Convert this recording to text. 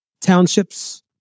townships